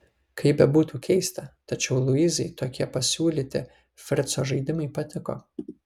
kaip bebūtų keista tačiau luizai tokie pasiūlyti frico žaidimai patiko